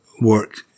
work